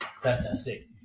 fantastic